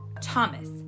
Thomas